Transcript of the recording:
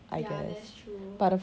ya that's true